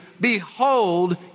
behold